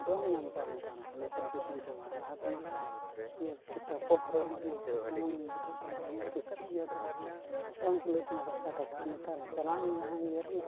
ᱵᱟᱢ ᱧᱟᱢ ᱠᱚᱣᱟ ᱱᱮᱛᱟᱨ ᱫᱚ ᱡᱚᱛᱚ ᱠᱤᱥᱟᱹᱬ ᱪᱟᱵᱟᱭᱱᱟ ᱞᱟᱦᱟ ᱛᱮᱢᱟ ᱤᱭᱟᱹ ᱪᱚᱯᱚᱞ ᱦᱚᱨᱚᱜ ᱞᱟᱹᱜᱤᱫ ᱦᱚᱸ ᱯᱚᱭᱥᱟ ᱵᱟᱝ ᱡᱩᱴᱟᱹᱜ ᱛᱟᱢᱟ ᱟᱢᱟᱜ ᱠᱤᱪᱨᱤᱡ ᱤᱭᱟᱹᱛᱮ ᱯᱚᱭᱥᱟ ᱵᱟᱝ ᱠᱩᱞᱟᱹᱜ ᱛᱟᱢᱟ ᱚᱭᱥᱟ ᱴᱟᱠᱟ ᱟᱨ ᱱᱮᱛᱟᱨ ᱪᱟᱞᱟᱜ ᱢᱮ ᱡᱟᱦᱟᱸ ᱤᱭᱟᱹ ᱨᱮᱜᱮ